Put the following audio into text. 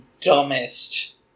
dumbest